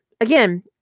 again